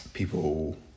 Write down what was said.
People